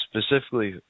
specifically